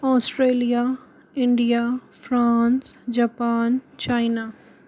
Australia India France Japan China